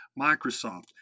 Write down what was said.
microsoft